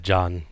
John